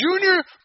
Junior